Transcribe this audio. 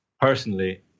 personally